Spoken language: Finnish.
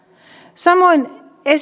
samoin